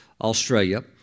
Australia